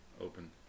Open